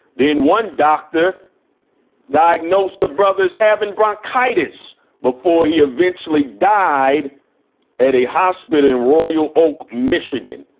then one doctor diagnosed the brothers having bronchitis before he eventually died at a hospital in royal oak, michigan.